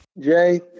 Jay